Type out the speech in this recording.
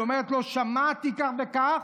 היא אומרת לו: שמעתי כך וכך.